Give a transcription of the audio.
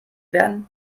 werden